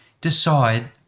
decide